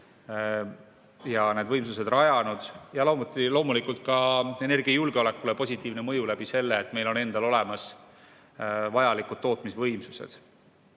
ja need võimsused rajanud, ja loomulikult ka energiajulgeolekule positiivne mõju selle kaudu, et meil on endal olemas vajalikud tootmisvõimsused.